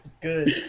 good